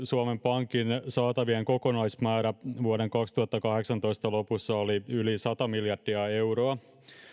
suomen pankin saatavien kokonaismäärä vuoden kaksituhattakahdeksantoista lopussa oli yli sata miljardia euroa